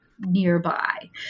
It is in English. nearby